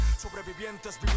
sobrevivientes